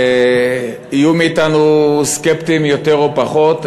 יהיו מאתנו סקפטיים יותר או פחות,